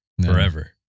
forever